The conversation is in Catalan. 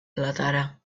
laterà